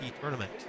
Tournament